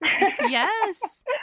Yes